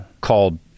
Called